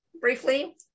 briefly